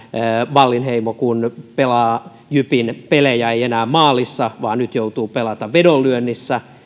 wallinheimo pelaa jypin peliä ei enää maalissa vaan nyt joutuu pelaamaan vedonlyönnissä